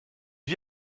vit